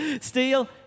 steal